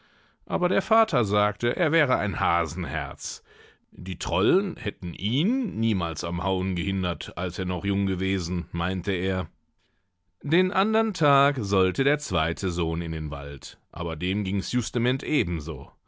aber der vater sagte er wäre ein hasenherz die trollen hätten ihn niemals am hauen gehindert als er noch jung gewesen meinte er den andern tag sollte der zweite sohn in den wald aber dem gings justement eben